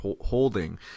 holding